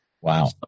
Wow